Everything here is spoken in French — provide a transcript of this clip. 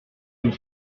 une